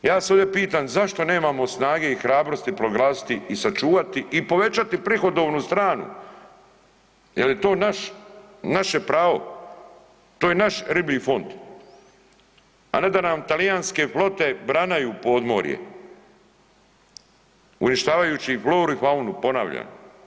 Ja se ovdje pitam zašto nemamo snage i hrabrosti proglasiti i sačuvati i povećati prihodovnu stranu jel je to naš, naše pravo, to je naš riblji fond, a ne da nam talijanske flote branaju podmorje uništavajući floru i faunu ponavljam.